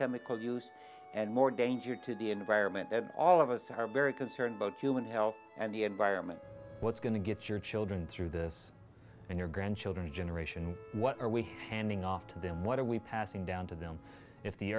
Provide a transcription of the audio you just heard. chemical use and more danger to the environment and all of us are very concerned about human health and the environment what's going to get your children through this and your grandchildren generation what are we handing off to them what are we passing down to them if the